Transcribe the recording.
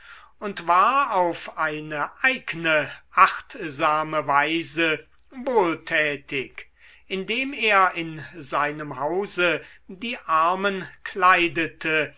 und war auf eine eigne achtsame weise wohltätig indem er in seinem hause die armen kleidete